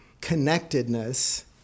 connectedness